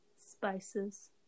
spices